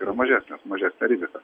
yra mažesnės mažesnė rizika